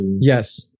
Yes